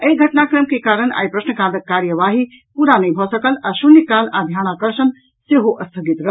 एहि घटनाक्रम के कारण आइ प्रश्नकालक कार्यवाही पूरा नहि भऽ सकल आ शून्यकाल आ ध्यानाकर्षण सेहो स्थगित रहल